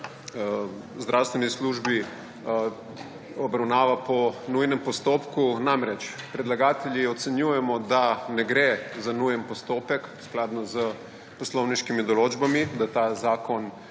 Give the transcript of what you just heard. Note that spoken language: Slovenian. zdravstveni službi obravnava po nujnem postopku. Namreč, predlagatelji ocenjujemo, da ne gre za nujen postopek skladno s poslovniški določbami, da ta zakon